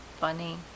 funny